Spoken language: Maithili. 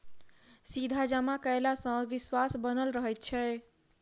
सीधा जमा कयला सॅ विश्वास बनल रहैत छै